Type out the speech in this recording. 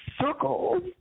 circles